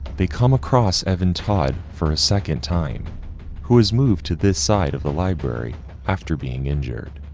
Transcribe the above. they come across evan todd for a second time who has moved to this side of the library after being injured,